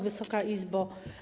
Wysoka Izbo!